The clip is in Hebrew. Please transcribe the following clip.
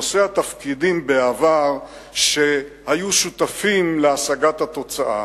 לנושאי התפקידים בעבר שהיו שותפים בהשגת התוצאה.